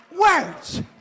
words